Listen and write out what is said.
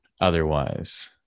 otherwise